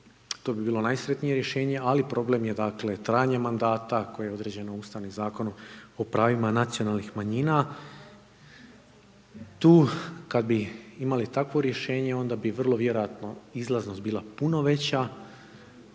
to bi bilo najsretnije rješenje, ali problem je dakle trajanje mandata koje je određeno Ustavnim zakonom o pravima nacionalnih manjina. Tu kad bi imali takvo rješenje onda bi vrlo vjerojatno izlaznost bila puno veća